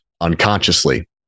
unconsciously